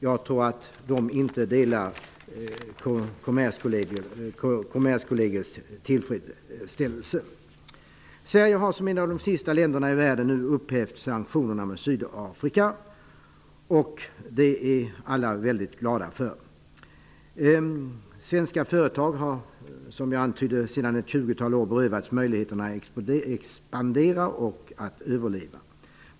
Jag tror inte att de personerna är lika tillfredsställda som man är på Sverige har som ett av de sista länderna i världen nu upphävt sanktionerna mot Sydafrika, och det är alla väldigt glada över. Svenska företag har, som jag antytt, under ett tjugotal år berövats möjligheten att expandera och överleva.